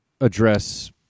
address